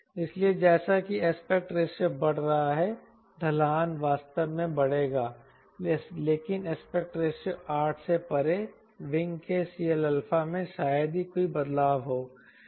इसलिए जैसा कि एस्पेक्ट रेशियो बढ़ रहा है ढलान वास्तव में बढ़ेगा लेकिन एस्पेक्ट रेशियो 8 से परे विंग के CLαमें शायद ही कोई बदलाव हो